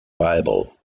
bible